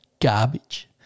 garbage